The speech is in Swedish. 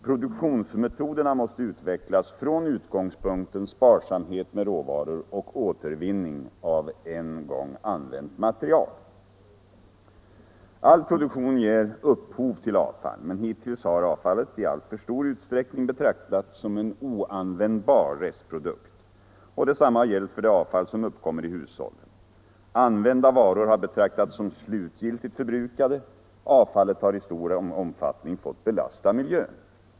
Produktionsmetoderna måste utvecklas från utgångspunkten sparsamhet med råvaror och återvinning av en gång använt material. All produktion ger upphov till avfall, men hittills har avfallet i alltför stor utsträckning betraktats som en oanvändbar restprodukt. Detsamma har gällt för det avfall som uppkommer i hushållen. Använda varor har betraktats som slutgiltigt förbrukade. Avfallet har i stor omfattning fått belasta miljön.